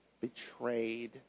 betrayed